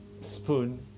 spoon